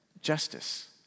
justice